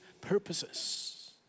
purposes